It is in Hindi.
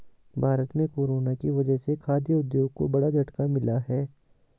भारत में कोरोना की वजह से खाघ उद्योग को बड़ा झटका मिला है